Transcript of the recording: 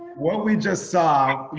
what we just saw